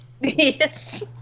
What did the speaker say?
Yes